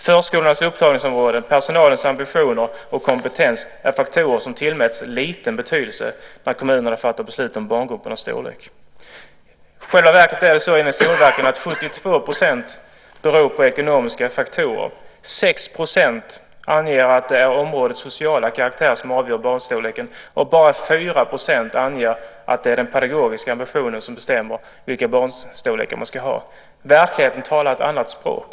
Förskolornas upptagningsområde och personalens ambitioner och kompetens är faktorer som tillmäts liten betydelse när kommunerna fattar beslut om barngruppernas storlek. I själva verket beror gruppernas storlek enligt Skolverket till 72 % på ekonomiska faktorer. 6 % anger att det är områdets sociala karaktär som avgör storleken på barngruppen. Bara 4 % anger att det är den pedagogiska ambitionen som bestämmer vilka storlekar på barngrupperna man ska ha. Verkligheten talar ett annat språk.